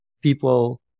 people